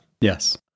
Yes